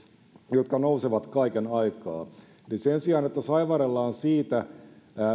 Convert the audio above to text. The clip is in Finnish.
jotka nousevat kaiken aikaa eli sen sijaan että saivarrellaan siitä